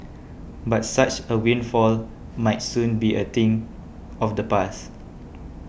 but such a windfall might soon be a thing of the past